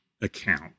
account